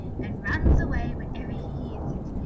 and runs away whenever he hears it.